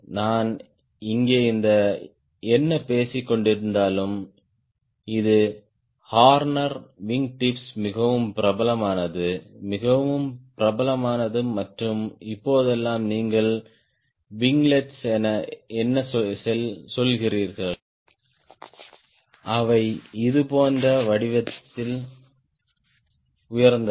நான் இங்கே என்ன பேசிக் கொண்டிருந்தாலும் இது ஹோர்னர் விங்கிடிப்ஸ் மிகவும் பிரபலமானது மிகவும் பிரபலமானது மற்றும் இப்போதெல்லாம் நீங்கள் விங்லெட்டுகள் என்ன சொல்கிறீர்கள் அவை இதுபோன்ற வடிவத்தில் உயர்ந்தவை